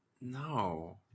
no